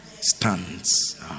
Stands